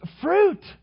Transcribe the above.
fruit